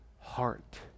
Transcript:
heart